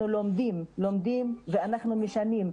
אנחנו לומדים ואנחנו משנים,